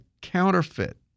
counterfeit